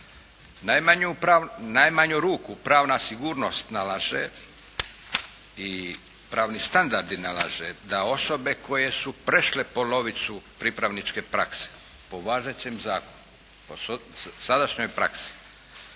najmanju ruku pravna sigurnost nalaže i pravni standardi nalažu da osobe koje su prešle polovicu pripravničke prakse po važećem zakonu, po sadašnjoj praksi